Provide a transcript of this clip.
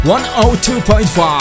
102.5